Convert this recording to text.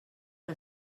que